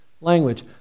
language